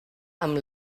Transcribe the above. amb